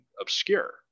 obscure